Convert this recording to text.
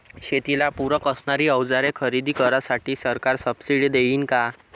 शेतीला पूरक असणारी अवजारे खरेदी करण्यासाठी सरकार सब्सिडी देईन का?